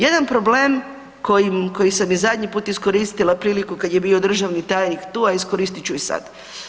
Jedan problem koji sam i zadnji put iskoristila priliku kad je bio državni tajnik tu, a iskoristit ću i sad.